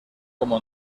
como